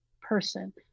person